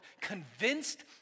convinced